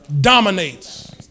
dominates